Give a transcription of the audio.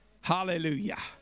hallelujah